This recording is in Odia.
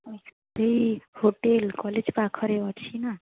ପ୍ଲିଜ୍ ହୋଟଲ୍ କଲେଜ ପାଖରେ ଅଛି ନା